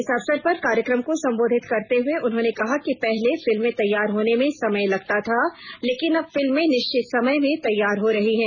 इस अवसर पर कार्यक्रम को सम्बोधित करते हुए उन्होंने कहा कि पहले फिल्में तैयार होने में समय लगता था लेकिन अब फिल्में निश्चित समय में तैयार हो रही है